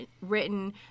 written